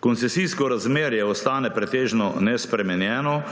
Koncesijsko razmerje ostane pretežno nespremenjeno,